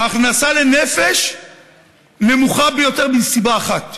ההכנסה לנפש נמוכה ביותר, מסיבה אחת: